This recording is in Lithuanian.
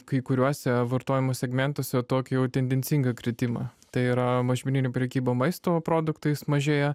kai kuriuose vartojimo segmentuose tokį jau tendencingą kritimą tai yra mažmeninė prekyba maisto produktais mažėja